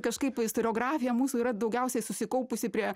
kažkaip istoriografija mūsų yra daugiausiai susikaupusi prie